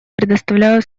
предоставляю